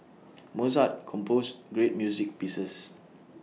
Mozart composed great music pieces